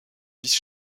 vice